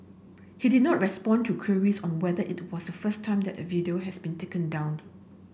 he did not respond to queries on whether it was the first time that a video has been taken down